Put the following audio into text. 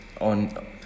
on-